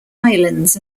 islands